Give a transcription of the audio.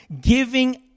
giving